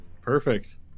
perfect